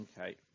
Okay